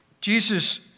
Jesus